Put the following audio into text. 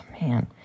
Man